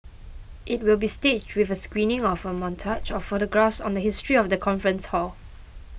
it will be staged with a screening of a montage of photographs on the history of the conference hall